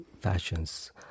fashions